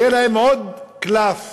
יהיה להם עוד קלף